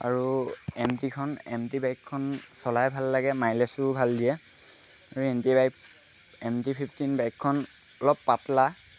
আৰু এম টিখন M T বাইকখন চলাই ভাল লাগে মাইলেজো ভাল দিয়ে আৰু M T bike M T fifteen বাইকখন অলপ পাতলা